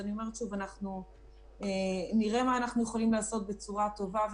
אנחנו נראה מה אנחנו יכולים לעשות בצורה טובה,